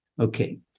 Okay